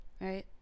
right